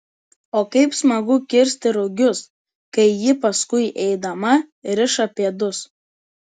o kaip smagu kirsti rugius kai ji paskui eidama riša pėdus